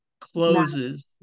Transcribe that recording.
closes